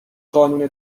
قانون